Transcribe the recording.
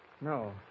No